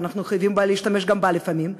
אבל אנחנו חייבים להשתמש גם בה לפעמים,